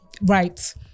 right